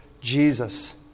Jesus